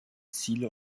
ziele